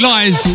Lies